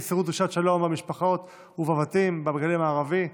מסרו דרישת שלום למשפחות ובבתים בגליל המערבי.